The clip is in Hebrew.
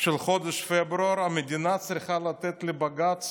של חודש פברואר המדינה צריכה לתת לבג"ץ